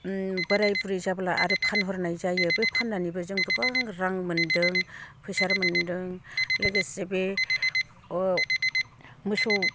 बोराय बुरै जाब्ला आरो फानहरनाय जायो बे फाननानैबो जों गोबां रां मोन्दों फैसा मोन्दों लोगोसे बे मोसौफोरखौ